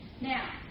Now